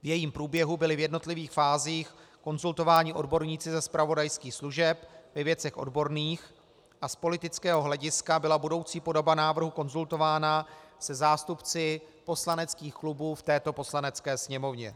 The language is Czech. V jejím průběhu byly v jednotlivých fázích konzultováni odborníci ze zpravodajských služeb ve věcech odborných a z politického hlediska byla budoucí podoba návrhu konzultována se zástupci poslaneckých klubů v této Poslanecké sněmovně.